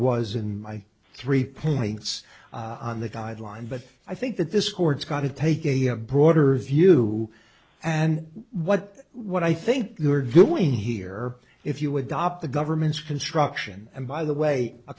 was in my three points on the guideline but i think that this court's going to take a broader view and what what i think you are doing here if you adopt the government's construction and by the way a